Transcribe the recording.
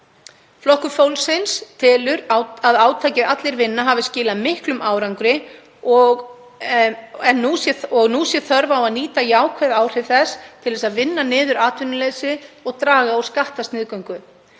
Flokkur fólksins telur að átakið Allir vinna hafi skilað miklum árangri og að nú sé þörf á að nýta jákvæð áhrif þess til þess að vinna niður atvinnuleysi og draga úr skattasniðgöngu.